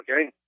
Okay